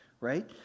Right